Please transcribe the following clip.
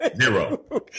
zero